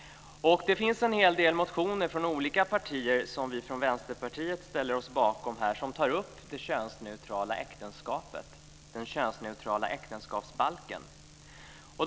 Det finns en hel del motioner från olika partier som vi i Vänsterpartiet ställer oss bakom och där frågan om det könsneutrala äktenskapet, den könsneutrala äktenskapsbalken, tas upp.